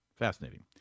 Fascinating